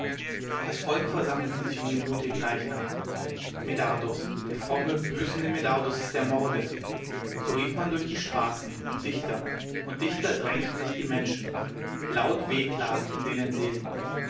das volk versammelte sich um den blutigen leichnam medardus der fromme büßende medardus ist ermordet so rief man durch die straßen und dichter und dichter drängten sich die menschen laut wehklagend um den